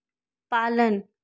पालन